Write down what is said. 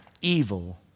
evil